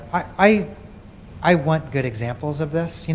i i want good example of this.